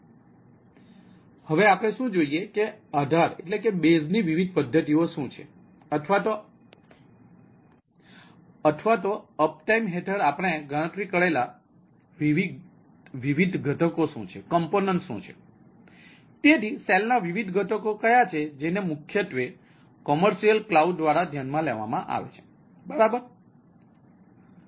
તેથી હવે આપણે શું જોઈશું કે આધારના વિવિધ ઘટકો કયા છે જેને મુખ્યત્વે કૉમર્શિઅલ ક્લાઉડ દ્વારા ધ્યાનમાં લેવામાં આવે છે બરાબર